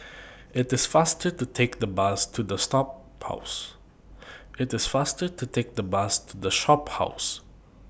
IT IS faster to Take The Bus to The Shophouse